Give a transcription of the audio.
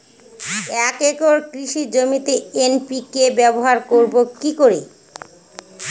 এক একর কৃষি জমিতে এন.পি.কে ব্যবহার করব কি করে?